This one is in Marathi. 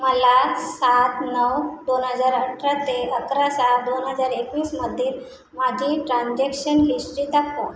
मला सात नऊ दोन हजार अठरा ते अकरा सहा दोन हजार एकवीसमधील माझी ट्रान्जॅक्शन हिस्ट्री दाखवा